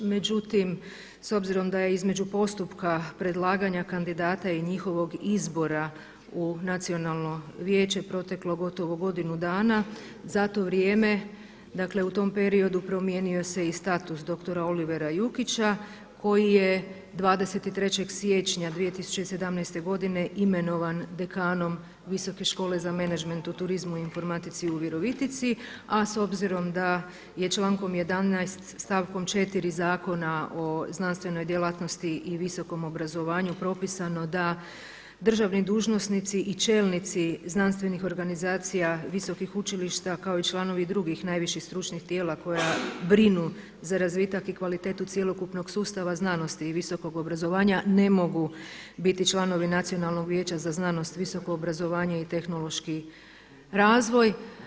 Međutim, s obzirom da je između postupka predlaganja kandidata i njihovog izbora u Nacionalno vijeće proteklo gotovo godinu dana, za to vrijeme dakle u tom periodu promijenio se i status dr. Olivera Jukića koji je 23. siječnja 2017. godine imenovan dekanom Visoke škole sa menadžment u turizmu i informatici u Virovitici, a s obzirom da je člankom 11. stavkom 4. Zakona o znanstvenoj djelatnosti i visokom obrazovanju propisano da državni dužnosnici i čelnici znanstvenih organizacija visokih učilišta kao i članovi drugih najviših stručnih tijela koja brinu za razvitak i kvalitetu cjelokupnog sustava znanosti i visokog obrazovanja ne mogu biti članovi Nacionalnog vijeća za znanost, visoko obrazovanje i tehnološki razvoj.